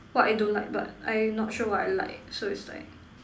what I don't like but I not sure what I like so is like